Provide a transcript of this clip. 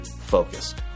focused